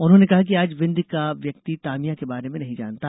उन्होंने कहा कि आज विंध्य का व्यक्ति तामिया के बारे में नहीं जानता